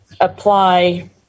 apply